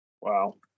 wow